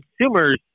consumers